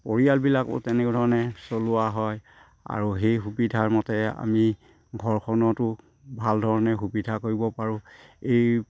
পৰিয়ালবিলাকো তেনেধৰণে চলোৱা হয় আৰু সেই সুবিধাৰ মতে আমি ঘৰখনতো ভাল ধৰণে সুবিধা কৰিব পাৰোঁ এই